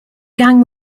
gang